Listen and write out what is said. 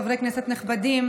חברי כנסת נכבדים,